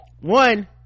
one